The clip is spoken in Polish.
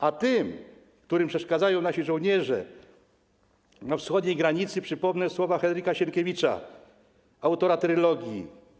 A tym, którym przeszkadzają nasi żołnierze na wschodniej granicy, przypomnę słowa Henryka Sienkiewicza, autora „Trylogii”